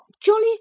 jolly